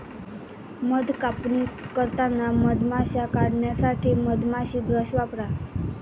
मध कापणी करताना मधमाश्या काढण्यासाठी मधमाशी ब्रश वापरा